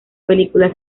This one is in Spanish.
película